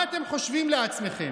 מה אתם חושבים לעצמכם?